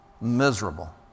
miserable